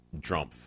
Drumpf